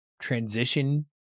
transition